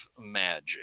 magic